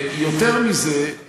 תשבו אתם על התוכנית.